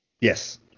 Yes